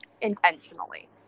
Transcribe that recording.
intentionally